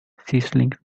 sizzling